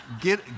get